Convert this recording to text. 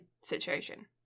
situation